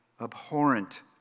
abhorrent